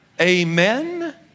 Amen